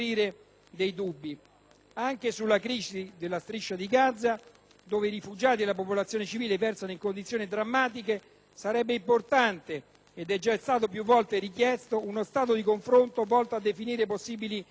Anche sulla crisi nella Striscia di Gaza, in cui i rifugiati e la popolazione civile versano in condizioni drammatiche, sarebbe importante - ed è già stato più volte richiesto - un confronto volto a definire possibili iniziative future,